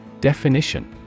Definition